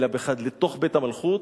אלא לתוך בית המלכות.